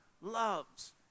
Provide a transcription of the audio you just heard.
loves